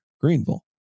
Greenville